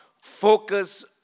focus